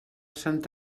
sant